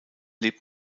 lebt